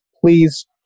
please